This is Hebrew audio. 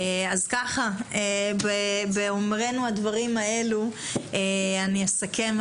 באומרנו הדברים האלה, אסכם.